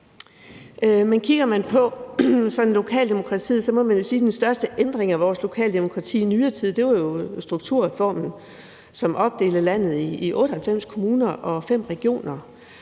Kigger man på lokaldemokratiet, må man sige, at den største ændring af vores lokaldemokrati i nyere tid var strukturreformen, som opdelte landet i 98 kommuner og 5 regioner,